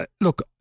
look